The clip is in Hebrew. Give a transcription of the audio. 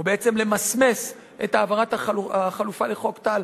או בעצם למסמס את העברת החלופה לחוק טל,